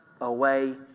away